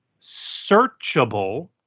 searchable